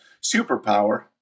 superpower